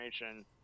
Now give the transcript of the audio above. information